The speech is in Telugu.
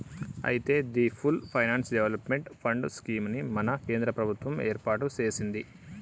అయితే the full finance development fund scheme ని మన కేంద్ర ప్రభుత్వం ఏర్పాటు సెసింది